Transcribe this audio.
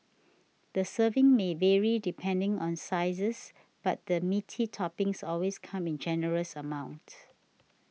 the serving may vary depending on sizes but the meaty toppings always come in generous amounts